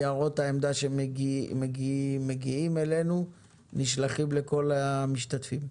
ניירות העמדה שמגיעים אלינו נשלחים לכל המשתתפים.